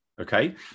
Okay